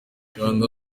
kanda